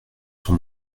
sur